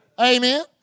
Amen